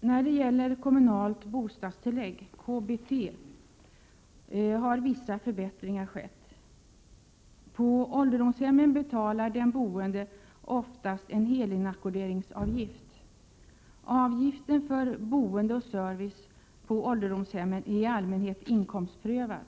När det gäller kommunalt bostadstillägg, KBT, har vissa förbättringar skett. På ålderdomshemmen betalar den boende oftast en helinackorderingsavgift. Avgiften för boende och service på ålderdomshemmen är i allmänhet inkomstprövad.